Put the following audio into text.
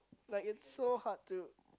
like it's so hard to